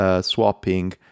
Swapping